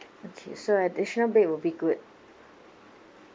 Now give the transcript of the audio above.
okay so additional bed will be good